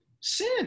sin